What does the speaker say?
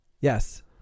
Yes